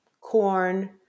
corn